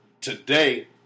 today